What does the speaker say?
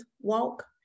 walk